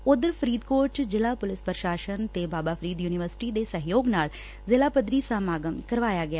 ਊਧਰ ਫਰੀਦਕੋਟ ਚ ਜ਼ਿਲ੍ਹਾ ਪੁਲਿਸ ਪ੍ਰਸ਼ਾਸਨ ਤੇ ਬਾਬਾ ਫਰੀਦ ਯੂਨੀਵਰਸਿਟੀ ਦੇ ਸਹਿਯੋਗ ਨਾਲ ਜ਼ਿਲ੍ਹਾ ਪੱਧਰੀ ਸਮਾਗਮ ਕਰਵਾਇਆ ਗਿਆ